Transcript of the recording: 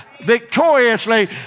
victoriously